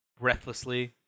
breathlessly